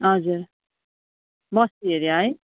हजुर बस्ती एरिया है